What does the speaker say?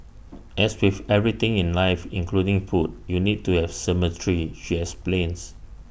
as with everything in life including food you need to have symmetry she explains